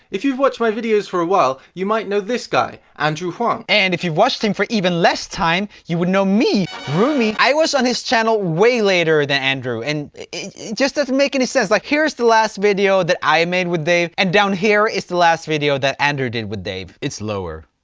if you've watched my videos for a while, you might know this guy, andrew huang. and if you've watched him for even less time, you would know me, roomie. i was on his channel way later than andrew, and it just doesn't make any sense, like, here's the last video that i made with dave, and down here is the last video that andrew did with dave. it's lower.